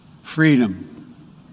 Freedom